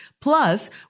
Plus